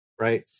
right